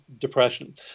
depression